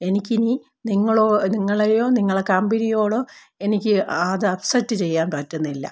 എനിക്കിനി നിങ്ങളോ നിങ്ങളെയോ നിങ്ങളുടെ കമ്പനിയോടൊ എനിക്ക് അത് അക്സെപ്റ്റ് ചെയ്യാൻ പറ്റുന്നില്ല